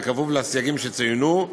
בכפוף לסייגים שצוינו,